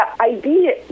idea